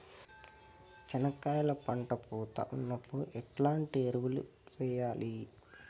చెనక్కాయలు పంట పూత ఉన్నప్పుడు ఎట్లాంటి ఎరువులు వేయలి?